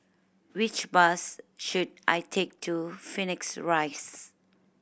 which bus should I take to Phoenix Rise